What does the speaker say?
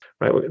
Right